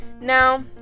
Now